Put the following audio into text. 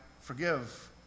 forgive